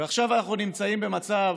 ועכשיו אנחנו נמצאים במצב